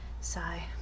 sigh